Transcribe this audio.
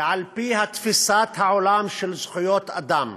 ועל-פי תפיסת העולם של זכויות אדם,